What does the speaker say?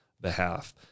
behalf